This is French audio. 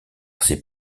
ses